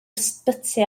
ysbyty